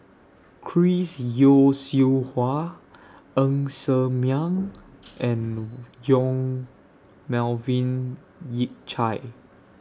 Chris Yeo Siew Hua Ng Ser Miang and Yong Melvin Yik Chye